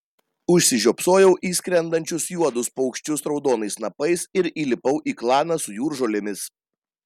užsižiopsojau į skrendančius juodus paukščius raudonais snapais ir įlipau į klaną su jūržolėmis